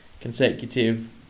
consecutive